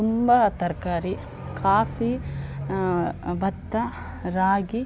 ತುಂಬ ತರಕಾರಿ ಕಾಫಿ ಭತ್ತ ರಾಗಿ